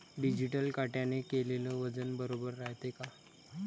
Digital काट्याने केलेल वजन बरोबर रायते का?